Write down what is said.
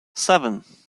seven